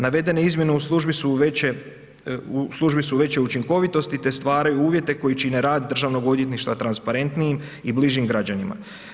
Navedene izmjene u službi su veće, u službi su veće učinkovitosti te stvaraju uvjete koji čine rad državnog odvjetništva transparentnijim i bližim građanima.